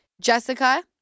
Jessica